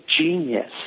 genius